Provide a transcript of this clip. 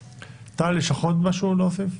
טל, יש לך עוד משהו להוסיף?